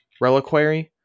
Reliquary